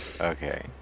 Okay